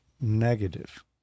negative